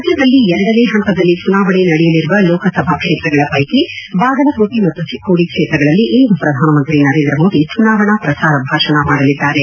ರಾಜ್ಯದಲ್ಲಿ ಎರಡನೇ ಹಂತದಲ್ಲಿ ಚುನಾವಣೆ ನಡೆಯಲಿರುವ ಲೋಕಸಭಾ ಕ್ಷೇತ್ರಗಳ ಪೈಕಿ ಬಾಗಲಕೋಟೆ ಮತ್ತು ಚಿಕ್ಕೋಡಿ ಕ್ಷೇತ್ರಗಳಲ್ಲಿ ಇಂದು ಪ್ರಧಾನಮಂತ್ರಿ ನರೇಂದ್ರ ಮೋದಿ ಚುನಾವಣಾ ಪ್ರಚಾರ ಭಾಷಣ ಮಾಡಲಿದ್ದಾರೆ